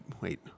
wait